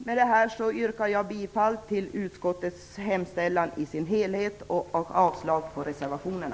Med det anförda yrkar jag bifall till utskottets hemställan i dess helhet och avslag på reservationerna.